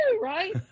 right